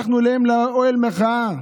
הלכנו אליהם לאוהל המחאה,